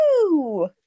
Woo